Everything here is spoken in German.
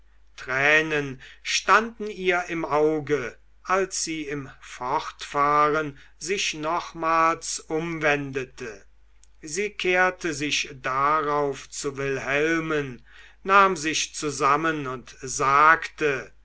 tränen standen ihr im auge als sie im fortfahren sich nochmals umwendete sie kehrte sich darauf zu wilhelmen nahm sich zusammen und sagte